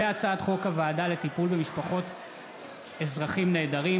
הצעת חוק הוועדה לטיפול במשפחות אזרחים נעדרים,